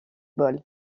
ball